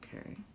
Okay